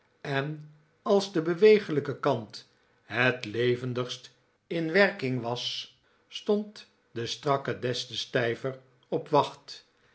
en als de beweeglijke kant het levendigst in werking was stond de strakke des te stijver op wacht